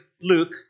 Luke